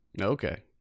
Okay